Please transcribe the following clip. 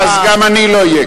מה, אז גם אני לא אהיה כאן.